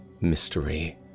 mystery